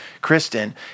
Kristen